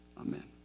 amen